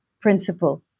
Principle